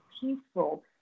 peaceful